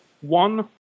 one